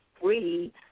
free